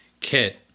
Kit